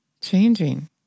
changing